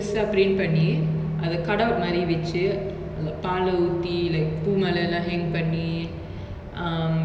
um like prayers lah நடத்துவாங்க:nadathuvaanga so I think like that's how much like the fans adore him